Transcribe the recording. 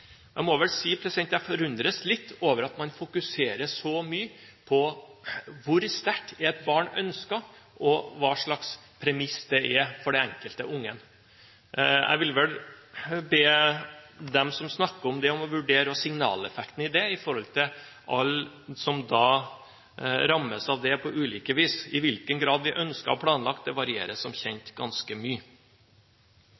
Jeg må si at jeg forundres litt over at man fokuserer så mye på hvor sterkt et barn er ønsket, og på hva slags premiss det er for det enkelte barn. Jeg vil be dem som snakker om det, om å vurdere signaleffekten av det overfor alle som rammes av det, på ulike vis. I hvilken grad vi er ønsket og planlagt, varierer – som